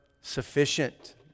sufficient